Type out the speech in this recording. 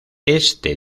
este